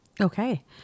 Okay